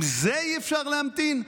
עם זה אי-אפשר להמתין?